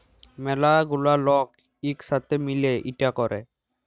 ম্যালা গুলা লক ইক সাথে মিলে ইটা ক্যরে